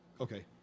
okay